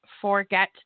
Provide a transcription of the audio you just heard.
forget